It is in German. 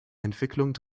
entwicklung